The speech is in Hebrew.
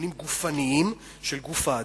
נתונים גופניים של גוף האדם: